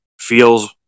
feels